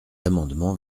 amendement